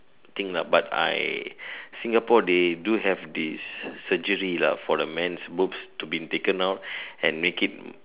thing lah but I Singapore they do have this surgery lah for the men's boobs to be taken out and making it